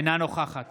אינה נוכחת